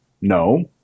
No